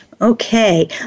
Okay